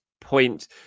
point